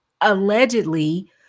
allegedly